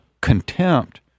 contempt